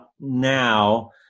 now